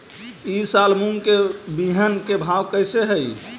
ई साल मूंग के बिहन के भाव कैसे हई?